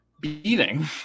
beating